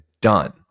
done